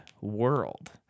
World